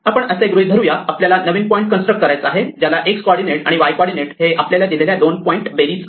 आपण असे गृहीत धरू या आपल्याला नवीन पॉईंट कन्स्ट्रक्ट करायचा आहे ज्याचा x कॉर्डीनेट आणि y कॉर्डीनेट हा आपल्याला दिलेल्या दोन पॉईंट बेरीज आहे